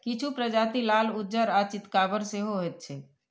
किछु प्रजाति लाल, उज्जर आ चितकाबर सेहो होइत छैक